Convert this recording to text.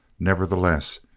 nevertheless,